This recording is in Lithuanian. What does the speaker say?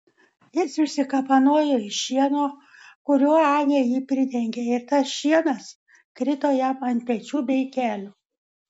jis išsikapanojo iš šieno kuriuo anė jį pridengė ir tas šienas krito jam ant pečių bei kelių